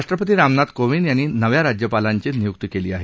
राष्ट्रपती रामनाथ कोविंद यांनी नव्या राज्यपालांची नियुक्ती केली आहे